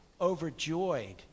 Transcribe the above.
overjoyed